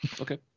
Okay